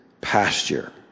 pasture